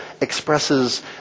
expresses